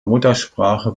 muttersprache